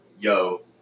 yo